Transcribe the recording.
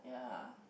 yeah